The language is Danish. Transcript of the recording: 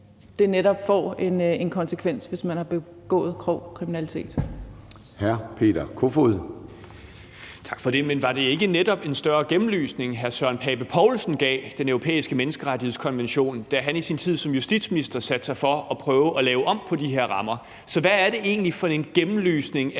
Kl. 11:16 Formanden (Søren Gade): Hr. Peter Kofod. Kl. 11:16 Peter Kofod (DF): Tak for det. Men var det ikke netop en større gennemlysning, hr. Søren Pape Poulsen gav Den Europæiske Menneskerettighedskonvention, da han i sin tid som justitsminister satte sig for at prøve at lave om på de her rammer? Så hvad er det egentlig for en gennemlysning af